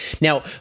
Now